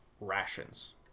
rations